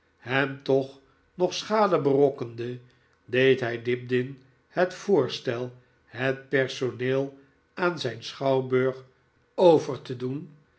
hem toch nog schade berokkende deed hij dibdin het voorstel het personcel aan zijn schouwburg over te doen